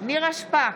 נירה שפק,